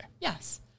Yes